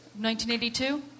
1982